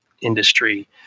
industry